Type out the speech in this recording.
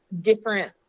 different